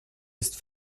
ist